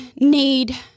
need